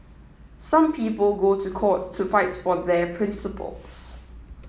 some people go to court to fight for their principles